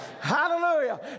Hallelujah